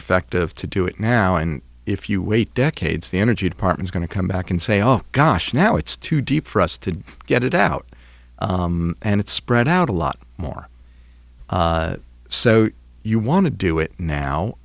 effective to do it now and if you wait decades the energy department going to come back and say oh gosh now it's too deep for us to get it out and it's spread out a lot more so you want to do it now